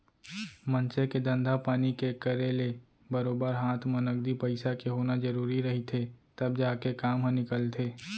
मनसे के धंधा पानी के करे ले बरोबर हात म नगदी पइसा के होना जरुरी रहिथे तब जाके काम ह निकलथे